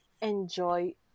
enjoy